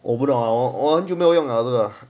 overall on 就没有用啊这个